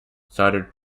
started